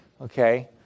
Okay